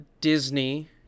Disney